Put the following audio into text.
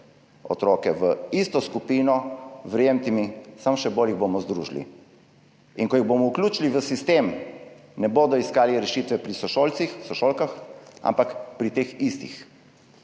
v isto skupino, verjemite mi, jih bomo samo še bolj združili. In ko jih bomo vključili v sistem, ne bodo iskali rešitev pri sošolcih, sošolkah, ampak pri teh istih.